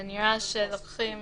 נראה שלוקחים